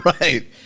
Right